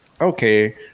okay